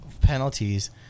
penalties